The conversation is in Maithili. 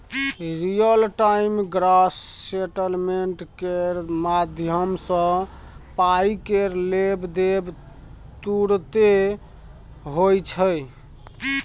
रियल टाइम ग्रॉस सेटलमेंट केर माध्यमसँ पाइ केर लेब देब तुरते होइ छै